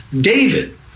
David